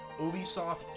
Ubisoft